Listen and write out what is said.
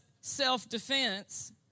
self-defense